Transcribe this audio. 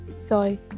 Sorry